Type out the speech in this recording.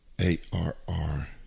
A-R-R